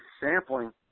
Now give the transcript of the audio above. sampling